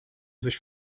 sich